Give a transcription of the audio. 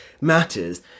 matters